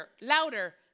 louder